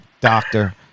doctor